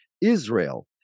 Israel